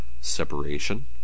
separation